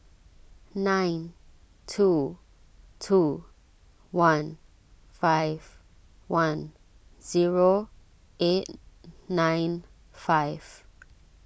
nine two two one five one zero eight nine five